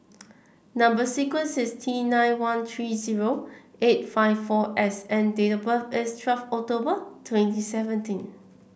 number sequence is T nine one three zero eight five four S and date of birth is twelve October twenty seventeen